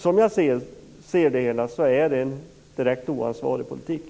Som jag ser det hela är det en direkt oansvarig politik.